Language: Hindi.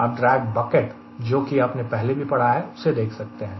आप ड्रेग बकेट जो कि आपने पहले भी पढ़ा है उसे देख सकते हैं